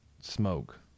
smoke